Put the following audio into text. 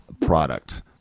product